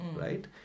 right